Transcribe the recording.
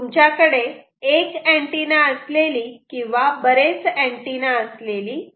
तुमच्याकडे एक अँटिना असलेली किंवा बरेच अँटिना असलेली यंत्रणा असू शकते